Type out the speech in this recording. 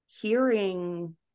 hearing